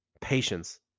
patience